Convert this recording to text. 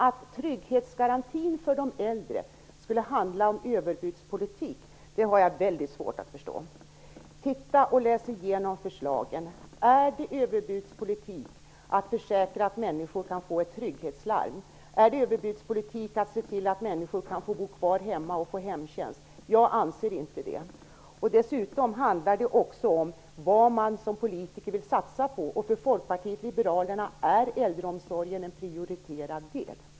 Att trygghetsgarantin för de äldre skulle handla om överbudspolitik har jag mycket svårt att förstå, Stig Sandström. Titta på och läs igenom förslagen! Är det överbudspolitik att försäkra människor om att de kan få ett trygghetslarm? Är det överbudspolitik att se till att människor kan få bo kvar hemma och få hemtjänst? Jag anser inte det. Dessutom handlar det om vad man som politiker vill satsa på. För Folkpartiet liberalerna är äldreomsorgen en prioriterad del.